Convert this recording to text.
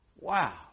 Wow